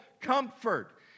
comfort